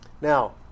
Now